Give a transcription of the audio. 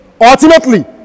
Ultimately